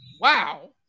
Wow